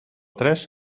tres